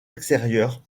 extérieur